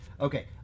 Okay